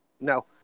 No